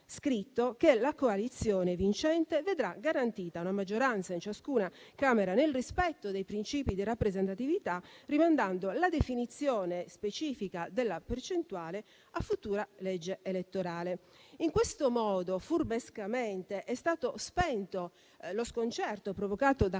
che la coalizione vincente vedrà garantita una maggioranza in ciascuna Camera, nel rispetto dei principi di rappresentatività, rimandando la definizione specifica della percentuale a una futura legge elettorale. In questo modo, furbescamente, è stato spento lo sconcerto provocato da